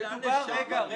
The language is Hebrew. -- סיים בבקשה.